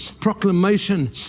proclamation